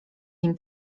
nim